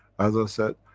as i said,